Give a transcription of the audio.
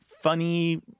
funny